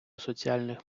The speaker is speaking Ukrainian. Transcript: соціальних